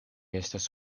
estas